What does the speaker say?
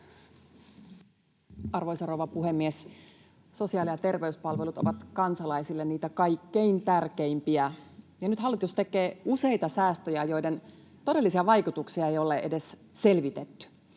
Arvoisa rouva puhemies! Sosiaali- ja terveyspalvelut ovat kansalaisille niitä kaikkein tärkeimpiä, ja nyt hallitus tekee useita säästöjä, joiden todellisia vaikutuksia ei ole edes selvitetty.